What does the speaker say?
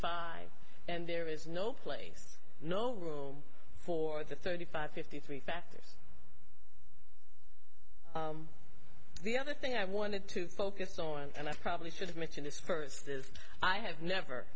five and there is no place no room for the thirty five fifty three factors the other thing i wanted to focus on and i probably should mention this first is i have never